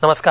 नमस्कार